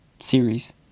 Series